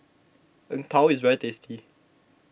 Png Tao is very tasty